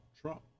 trump